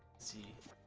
see